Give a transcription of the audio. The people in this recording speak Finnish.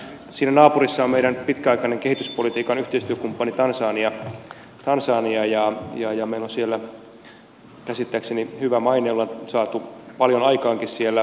siinä naapurissa on meidän pitkäaikainen kehityspolitiikan yhteistyökumppani tansania ja meillä on siellä käsittääkseni hyvä maine ja olemme saaneet paljon aikaankin siellä